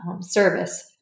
service